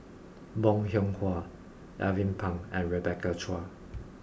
Bong Hiong Hwa Alvin Pang and Rebecca Chua